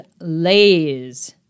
Lays